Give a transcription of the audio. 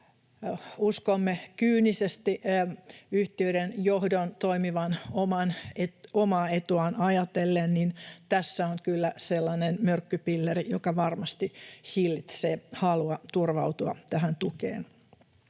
uskomme kyynisesti yhtiöiden johdon toimivan omaa etuaan ajatellen, niin tässä on kyllä sellainen myrkkypilleri, joka varmasti hillitsee halua turvautua tähän tukeen.